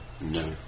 No